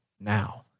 now